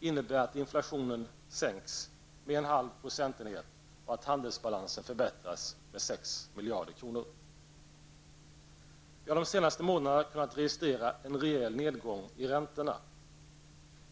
innebär att inflationen sänks med en halv procentenhet och att handelsbalansen förbättras med 6 miljarder kronor. Vi har de senaste månaderna kunnat registrera en rejäl nedgång i räntorna.